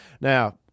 Now